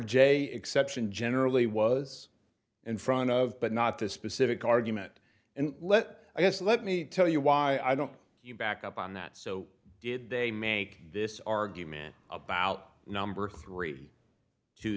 j exception generally was in front of but not this specific argument and let i guess let me tell you why i don't you back up on that so did they make this argument about number three to